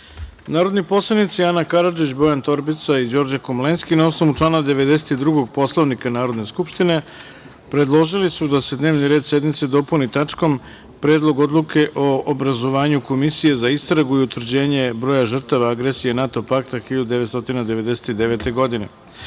predlog. Narodni poslanici Ana Karadžić, Bojan Torbica i Đorđe Komlenski, na osnovu člana 92. Poslovnika Narodne skupštine, predložili su da se dnevni red sednice dopuni tačkom – Predlog odluke o obrazovanju komisije za istragu i utvrđenje broja žrtava agresije NATO pakta 1999. godine,